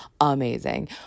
Amazing